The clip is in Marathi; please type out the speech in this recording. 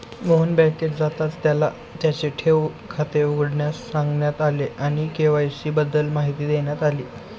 मोहन बँकेत जाताच त्याला त्याचे ठेव खाते उघडण्यास सांगण्यात आले आणि के.वाय.सी बद्दल माहिती देण्यात आली